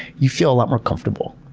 you feel a lot more comfortable.